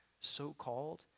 so-called